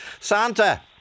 Santa